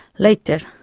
later,